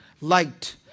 light